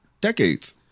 decades